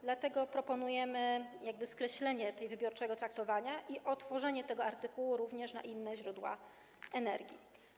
Dlatego proponujemy skreślenie tego wybiórczego traktowania i otworzenie tego artykułu również na inne źródła energii.